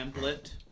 template